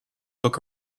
book